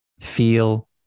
feel